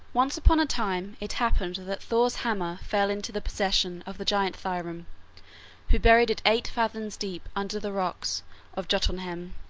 once upon a time it happened that thor's hammer fell into the possession of the giant thrym, who buried it eight fathoms deep under the rocks of jotunheim.